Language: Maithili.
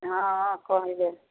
हँ हँ कहि देब